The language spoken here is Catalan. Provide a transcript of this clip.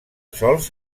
sols